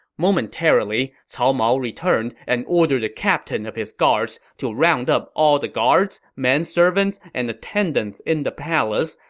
momentarily, cao mao returned and ordered the captain of his guards to round up all the guards, manservants, and attendants in the palace,